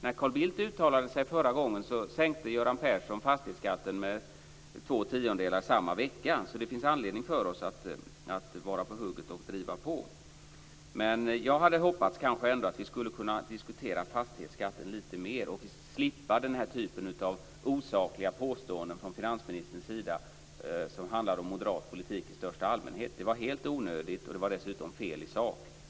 När Carl Bildt uttalade sig förra gången sänkte Göran Persson fastighetsskatten med två tiondelar samma vecka, så det finns anledning för oss att vara på hugget och driva på. Jag hade kanske ändå hoppats att vi skulle ha kunnat diskutera fastighetsskatten lite mer och sluppit denna typ av osakliga påståenden från finansministerns sida, som handlar om moderat politik i största allmänhet. Det var helt onödigt, och det var dessutom fel i sak.